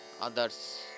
others